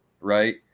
right